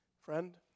Friend